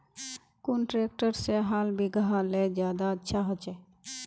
कुन ट्रैक्टर से हाल बिगहा ले ज्यादा अच्छा होचए?